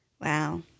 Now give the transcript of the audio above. Wow